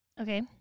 Okay